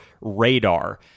radar